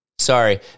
Sorry